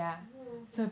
oh okay